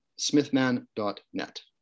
Smithman.net